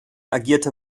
agierte